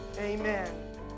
Amen